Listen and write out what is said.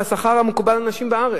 בשכר המקובל לנשים בארץ,